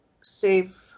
save